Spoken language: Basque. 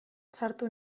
sartu